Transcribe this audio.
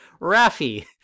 Rafi